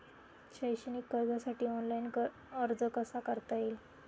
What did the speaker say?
शैक्षणिक कर्जासाठी ऑनलाईन अर्ज कसा करता येईल?